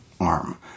arm